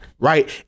Right